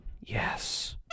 Yes